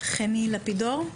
חמי לפידור.